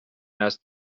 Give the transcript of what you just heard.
است